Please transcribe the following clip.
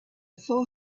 four